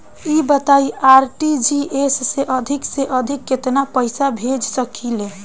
ई बताईं आर.टी.जी.एस से अधिक से अधिक केतना पइसा भेज सकिले?